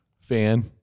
fan